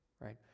right